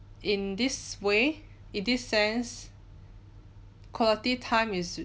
in this way in this sense quality time is